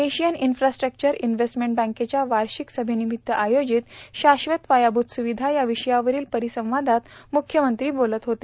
Asian infrastructure investment बँकेच्या वार्षिक सभेनिमित्त आयोजित शाश्वत पायाभूत सुविधा या विषयावरील परिसंवादात मुख्यमंत्री बोलत होते